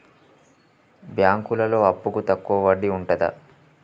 బ్యాంకులలో అప్పుకు తక్కువ వడ్డీ ఉంటదా?